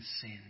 sin